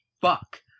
fuck